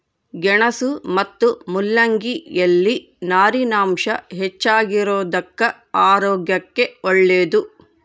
ಗೆಣಸು ಮತ್ತು ಮುಲ್ಲಂಗಿ ಯಲ್ಲಿ ನಾರಿನಾಂಶ ಹೆಚ್ಚಿಗಿರೋದುಕ್ಕ ಆರೋಗ್ಯಕ್ಕೆ ಒಳ್ಳೇದು